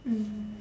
mm